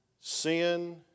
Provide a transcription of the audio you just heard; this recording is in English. sin